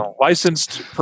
licensed